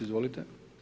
Izvolite.